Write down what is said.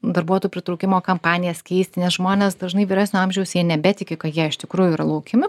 darbuotojų pritraukimo kampanijas keisti nes žmonės dažnai vyresnio amžiaus jie nebetiki kad jie iš tikrųjų yra laukiami